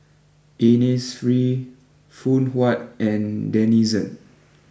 Innisfree Phoon Huat and Denizen